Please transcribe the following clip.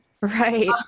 Right